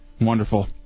Wonderful